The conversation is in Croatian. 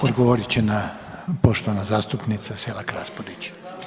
Odgovorit će na, poštovana zastupnica Selak Raspudić.